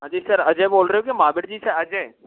हाँ जी सर अजय बोल रहे हो क्या महाबीर जी से अजय